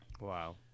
Wow